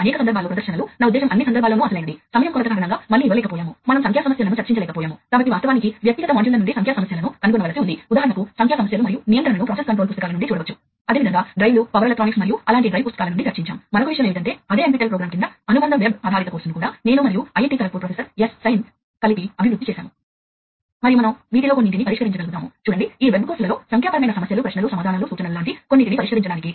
కాబట్టి అది ప్రసారం చేయదు కాబట్టి వాస్తవానికి మీరు అటువంటి రిపీటర్లను ఉపయోగించి ఒక సెగ్మెంట్ నుండి మరొక సెగ్మెంట్కు డేటా ను ప్రవహింప చేయవచ్చు మరియు అందువల్ల మీరు చాలా విస్తృతమైన నెట్వర్క్ లేదా నెట్వర్క్ ను కన్ఫిగర్ చేయవచ్చు అవి విస్తరించి ఉన్నాయి వాస్తవానికి ఇది విస్తరించి ఉంది లోకల్ ఏరియా నెట్వర్క్ టెక్నాలజీని ఉపయోగించి కిలోమీటర్లు లలో విస్తరించబడింది